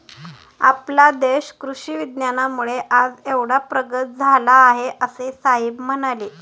आपला देश कृषी विज्ञानामुळे आज एवढा प्रगत झाला आहे, असे साहेब म्हणाले